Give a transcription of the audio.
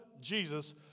Jesus